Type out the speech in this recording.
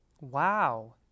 wow